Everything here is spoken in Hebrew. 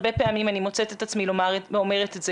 הרבה פעמים אני מוצאת את עצמי אומרת את זה,